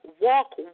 walk